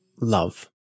love